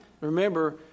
remember